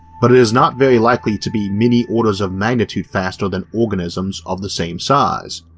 but it is not very likely to be many orders of magnitude faster than organisms of the same size.